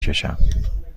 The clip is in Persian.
کشم